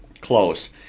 close